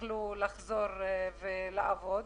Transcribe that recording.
יוכלו לחזור ולעבוד.